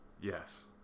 Yes